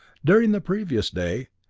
during the previous day,